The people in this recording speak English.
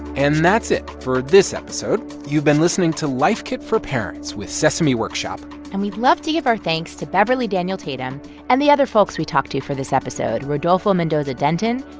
and that's it for this episode. you've been listening to life kit for parents with sesame workshop and we'd love to give our thanks to beverly daniel tatum and the other folks we talked to for this episode rodolfo mendoza-denton,